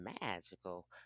magical